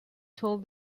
told